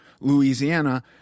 Louisiana